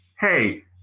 hey